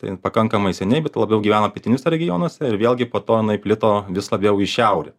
tai jin pakankamai seniai bet labiau gyvena pietiniuose regionuose ir vėlgi po to jinai plito vis labiau į šiaurę